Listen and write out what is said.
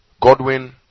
Godwin